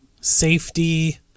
safety